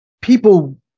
people